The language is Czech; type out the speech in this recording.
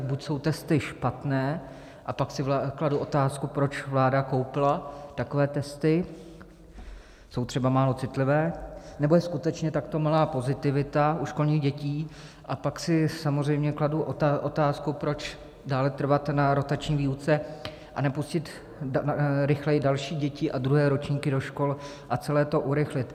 Buď jsou testy špatné, a pak si kladu otázku, proč vláda koupila takové testy, jsou třeba málo citlivé, nebo je skutečně takto malá pozitivita u školních dětí, a pak si samozřejmě kladu otázku, proč dále trvat na rotační výuce a nepustit rychleji další děti a druhé ročníky do škol a celé to urychlit.